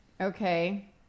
Okay